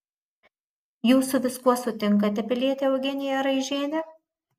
jūs su viskuo sutinkate piliete eugenija raižiene